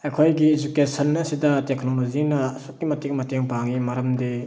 ꯑꯩꯈꯣꯏꯒꯤ ꯏꯗꯨꯀꯦꯁꯟ ꯑꯁꯤꯗ ꯇꯦꯛꯀꯅꯣꯂꯣꯖꯤꯅ ꯑꯁꯨꯛꯀꯤ ꯃꯇꯤꯛ ꯃꯇꯦꯡ ꯄꯥꯡꯉꯤ ꯃꯔꯝꯗꯤ